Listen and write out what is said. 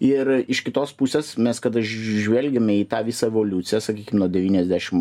ir iš kitos pusės mes kada žvelgiame į tą visą evoliuciją sakykim nuo devyniasdešim